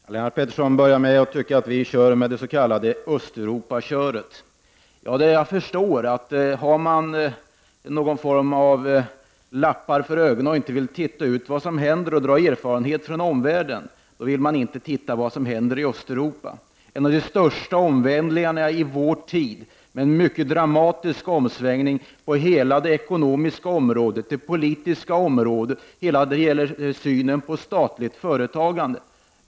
Herr talman! Lennart Pettersson började med att säga att vi envisas med det s.k. Östeuropaköret. Jag förstår att han tycker det. Har man någon form av lappar för ögonen och inte vill se vad som händer eller inhämta erfarenheter från omvärlden, vill man inte heller titta på det som händer i Östeuropa. Där pågår ju just nu en av de största omvälvningarna i vår tid — en mycket dramatisk omsvängning på det ekonomiska området som helhet och på det politiska området samt när det gäller synen på det statliga företagandet.